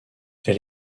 elle